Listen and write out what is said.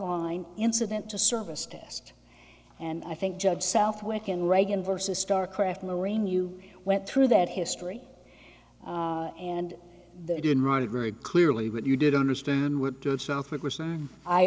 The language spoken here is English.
line incident to service test and i think judge southwick and reagan versus star craft marine you went through that history and they didn't run a group clearly what you did understand